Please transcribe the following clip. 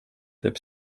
teeb